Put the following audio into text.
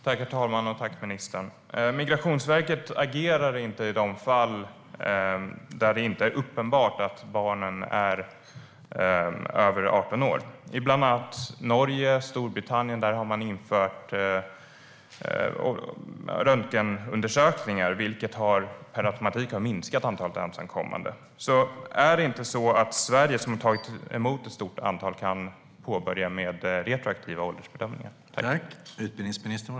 Herr talman! Tack, ministern! Migrationsverket agerar inte i de fall där det inte är uppenbart att barnen är över 18 år. I bland annat Norge och Storbritannien har man infört röntgenundersökningar, vilket per automatik har minskat antalet ensamkommande. Kan inte Sverige, som har tagit emot ett stort antal, börja med retroaktiva åldersbedömningar?